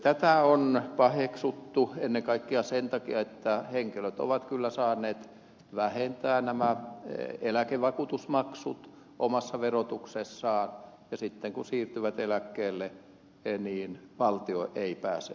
tätä on paheksuttu ennen kaikkea sen takia että henkilöt ovat kyllä saaneet vähentää nämä eläkevakuutusmaksut omassa verotuksessaan ja sitten kun siirtyvät eläkkeelle valtio ei pääse verottamaan